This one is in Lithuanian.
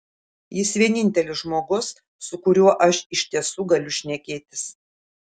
jis vienintelis žmogus su kuriuo aš iš tiesų galiu šnekėtis